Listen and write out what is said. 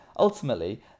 Ultimately